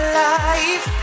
life